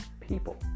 people